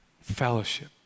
fellowship